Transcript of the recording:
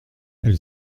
elle